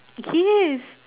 yes